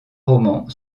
romans